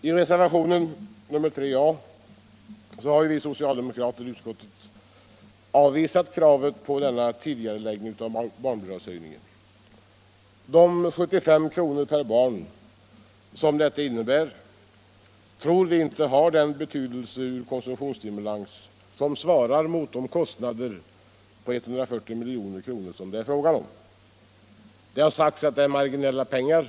I reservationen 3 A har vi socialdemokrater i utskottet avvisat kravet på en tidigareläggning av barnbidragshöjningen. De 75 kr. per barn som detta innebär tror vi inte har en betydelse som konsumtionsstimulans som svarar mot de kostnader — 140 milj.kr. — som det är fråga om. Det har sagts att detta är marginella kostnader.